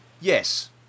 Yes